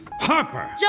Harper